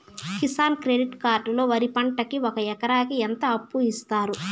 Kisan credit card లో వరి పంటకి ఒక ఎకరాకి ఎంత అప్పు ఇస్తారు?